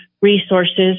resources